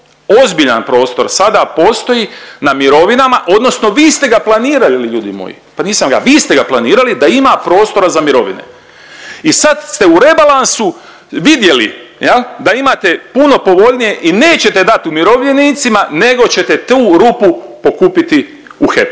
ozbiljan prostor sada postoji na mirovinama odnosno vi ste ga planirali ljudi moji, pa nisam ja, vi ste ga planirali da ima prostora za mirovine. I sad ste u rebalansu vidjeli jel da imate puno povoljnije i nećete dat umirovljenicima nego ćete tu rupu pokupiti u HEP-u,